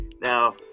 Now